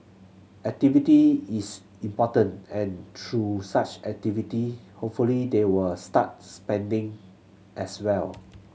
activity is important and through such activity hopefully they will start spending as well